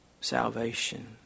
salvation